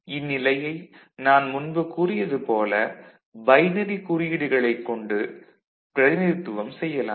இந்நிலையை நான் முன்பு கூறியது போல பைனரி குறியீடுகளைக் கொண்டு பிரதிநிதித்துவம் செய்யலாம்